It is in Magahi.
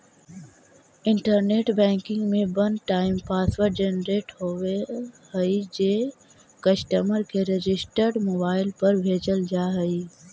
इंटरनेट बैंकिंग में वन टाइम पासवर्ड जेनरेट होवऽ हइ जे कस्टमर के रजिस्टर्ड मोबाइल पर भेजल जा हइ